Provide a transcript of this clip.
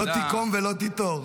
לא תיקום ולא תיטור.